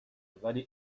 ولی